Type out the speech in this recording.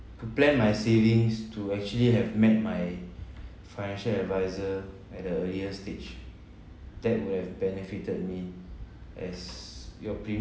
plan my savings to actually have met my financial advisor at the earlier stage that will have benefitted me as your